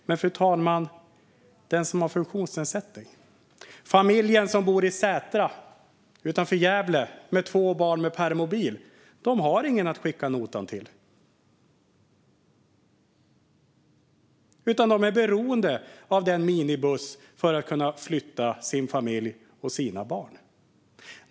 Men, fru talman, hur är det med den som har en funktionsnedsättning eller den familj som bor i Sätra utanför Gävle och har två barn med permobil? De har ingen att skicka notan till, utan de är beroende av en minibuss för att kunna förflytta sin familj och sina barn.